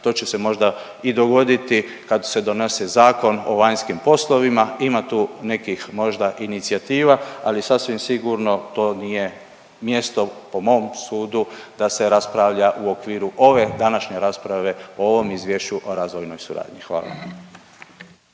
To će se možda i dogoditi kad se donese Zakon o vanjskim poslovima, ima tu nekih možda inicijativa, ali sasvim sigurno to nije mjesto po mom sudu da se raspravlja u okviru ove današnje rasprave o ovom izvješću o razvojnoj suradnji. Hvala.